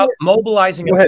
mobilizing